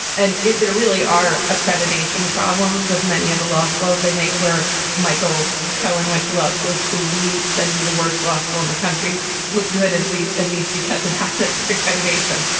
and there really are accreditation problems with many of the law schools they make. where michael cohen went to law school, cooley said to be the worst law school in the country look good as we at least because it has its accreditation.